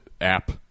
app